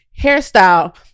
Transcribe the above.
hairstyle